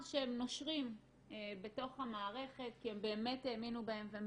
שהם נושרים בתוך המערכת כי הם באמת האמינו בהם והם